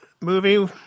movie